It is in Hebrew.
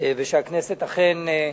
ושהכנסת אכן,